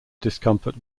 discomfort